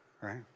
Right